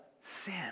sin